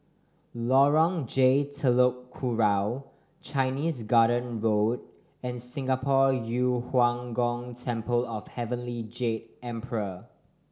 Lorong J Telok Kurau Chinese Garden Road and Singapore Yu Huang Gong Temple of Heavenly Jade Emperor